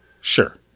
Sure